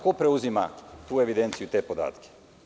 Ko preuzima tu evidenciju i te podatke?